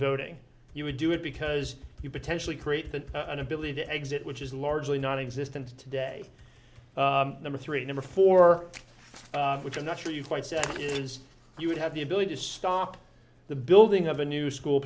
voting you would do it because you potentially create the an ability to exit which is largely nonexistent today number three number four which i'm not sure you've quite said is you would have the ability to stop the building of a new school